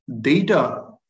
data